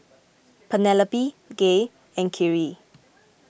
Penelope Gay and Khiry